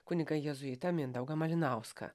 kunigą jėzuitą mindaugą malinauską